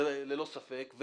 זה ללא ספק.